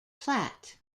platte